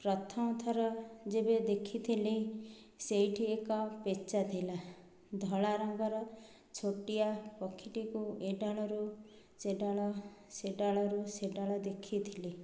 ପ୍ରଥମ ଥର ଯେବେ ଦେଖିଥିଲି ସେଇଠି ଏକ ପେଚା ଥିଲା ଧଳା ରଙ୍ଗର ଛୋଟିଆ ପକ୍ଷୀଟିକୁ ଏ ଡ଼ାଳରୁ ସେ ଡ଼ାଳ ସେ ଡ଼ାଳରୁ ସେ ଡ଼ାଳ ଦେଖିଥିଲି